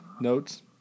notes